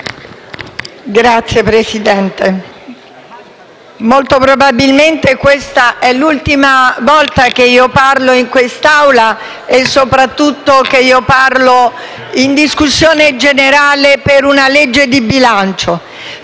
Signor Presidente, molto probabilmente questa è l'ultima volta che parlo in quest'Aula e soprattutto che intervengo in discussione generale per una legge di bilancio.